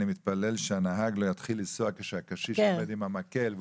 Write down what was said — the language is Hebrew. אני מתפלל שהנהג לא יתחיל לנסוע כשהקשיש עומד עם המקל.